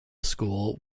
school